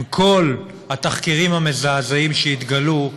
עם כל התחקירים המזעזעים שהתגלו,